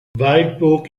waldburg